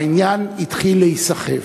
והעניין התחיל להיסחף.